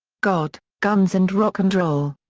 god, guns and rock and roll.